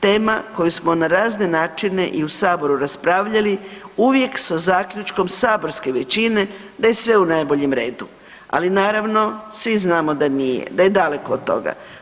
Tema koju smo na razne načine i u saboru raspravljali uvijek sa zaključkom saborske većine da je sve u najboljem redu, ali naravno svi znamo da nije da je daleko od toga.